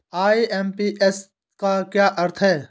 IMPS का क्या अर्थ है?